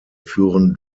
führen